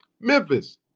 Memphis